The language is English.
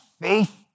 faith